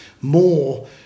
more